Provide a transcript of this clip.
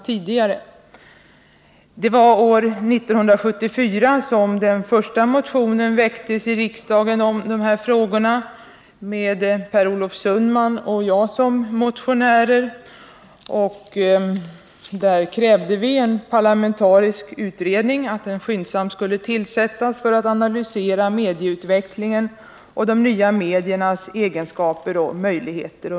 Det var år 1974 som den första motionen väcktes i riksdagen om dessa frågor. Det var Per Olof Sundman och jag som väckte den motionen, där vi krävde att en parlamentarisk utredning skyndsamt skulle tillsättas för att analysera mediautvecklingen och de nya mediernas egenskaper och möjligheter.